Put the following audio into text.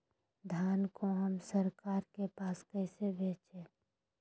धान को हम सरकार के पास कैसे बेंचे?